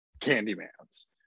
Candyman's